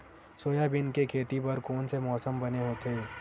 Soybean के खेती बर कोन से मौसम बने होथे?